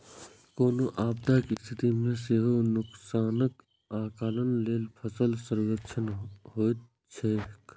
कोनो आपदाक स्थिति मे सेहो नुकसानक आकलन लेल फसल सर्वेक्षण होइत छैक